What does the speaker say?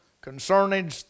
concerning